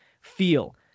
feel